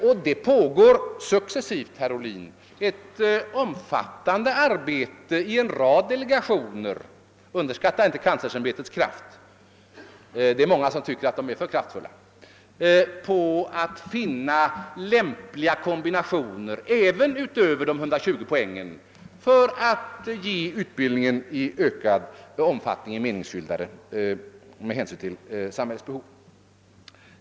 Och det pågår successivt, herr Ohlin, ett omfattande arbete i en rad delegationer. Underskatta inte kanslersämbetets kraft — det är många som tycker att man där är för kraftfull — när det gäller att finna lämpliga kombinationer även utöver de 120 poängen för att i ökad omfattning göra utbildningen me ra meningsfylld med hänsyn till samhällets behov.